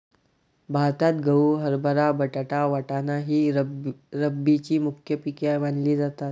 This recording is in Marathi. भारतात गहू, हरभरा, बटाटा, वाटाणा ही रब्बीची मुख्य पिके मानली जातात